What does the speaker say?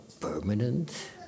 permanent